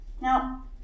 Now